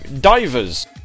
Divers